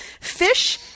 fish